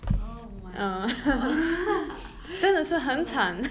oh my god so